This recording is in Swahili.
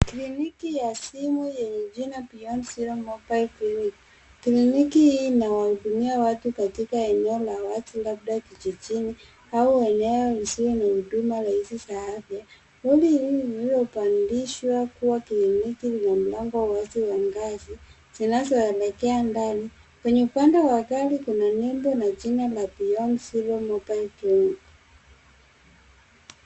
Kliniki ya simu yenye jina Beyond zero mobile clinic . Kliniki hii inawahudumia watu katika eneo la wazi labda kijijini au eneo lisilo na huduma rahisi za afya. Lori hili lililopandishwa kuwa kliniki lina mlango wazi na ngazi, zinazoelekea ndani. Kwenye upande wa gari kuna nembo na jina la Beyond zero mobile clinic .